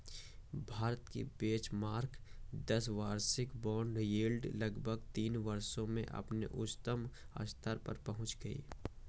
भारत की बेंचमार्क दस वर्षीय बॉन्ड यील्ड लगभग तीन वर्षों में अपने उच्चतम स्तर पर पहुंच गई